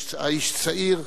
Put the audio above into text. היה איש צעיר